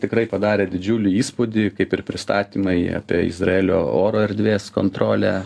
tikrai padarė didžiulį įspūdį kaip ir pristatymai apie izraelio oro erdvės kontrolę